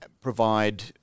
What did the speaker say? provide